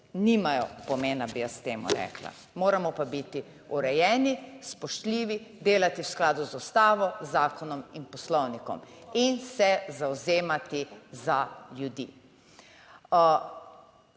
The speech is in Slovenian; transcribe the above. nimajo pomena, bi jaz temu rekla. Moramo pa biti urejeni, spoštljivi, delati v skladu z Ustavo, zakonom in Poslovnikom in se zavzemati za ljudi.